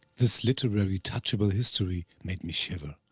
this literary touchable history made me shiver.